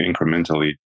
incrementally